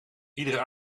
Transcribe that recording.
iedere